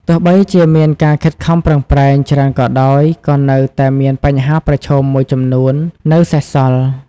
ទោះបីជាមានការខិតខំប្រឹងប្រែងច្រើនក៏ដោយ ក៏នៅតែមានបញ្ហាប្រឈមមួយចំនួននៅសេសសល់។